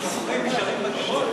ששוכרים יישארו בדירות?